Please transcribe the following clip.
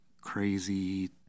crazy